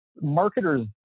marketers